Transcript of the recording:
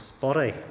body